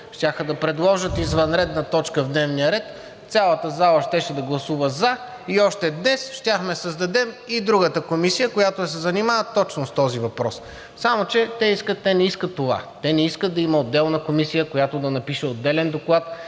щяха да предложат извънредна точка в дневния ред, цялата зала щеше да гласува за и още днес щяхме да създадем и другата комисия, която да се занимава точно с този въпрос. Само че те не искат това! Те не искат да има отделна комисия, която да напише отделен доклад,